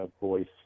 voice